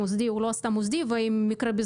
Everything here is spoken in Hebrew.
מוסדית או לא עשתה בדיקה מוסדית והאם המקרה הזה